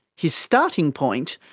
his starting point?